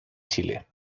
chile